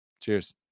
Cheers